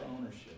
ownership